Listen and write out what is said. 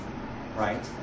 right